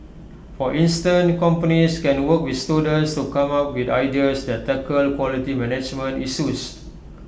for instant companies can work with students to come up with ideas that tackle quality management issues